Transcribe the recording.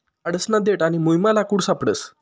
आडसना देठ आणि मुयमा लाकूड सापडस